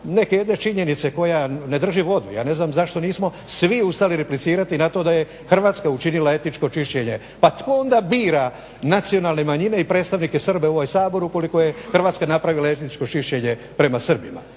neke jedne činjenice koja ne drži vodu. Ja ne znam zašto nismo svi ustali replicirati na to da je Hrvatska učinila etničko čišćenje. Pa tko onda bira nacionalne manjine i predstavnike Srba u ovom Saboru ukoliko je Hrvatska napravila etničko čišćenje prema Srbima.